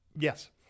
Yes